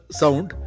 sound